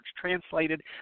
translated